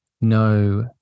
no